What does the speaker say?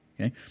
Okay